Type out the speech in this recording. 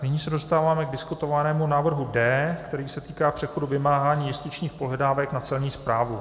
Nyní se dostáváme k diskutovanému návrhu D, který se týká přechodu vymáhání justičních pohledávek na Celní správu.